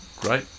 Great